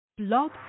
Blog